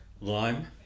lime